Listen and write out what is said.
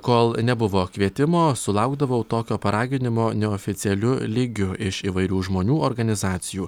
kol nebuvo kvietimo sulaukdavau tokio paraginimo neoficialiu lygiu iš įvairių žmonių organizacijų